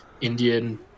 Indian